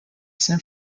san